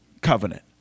covenant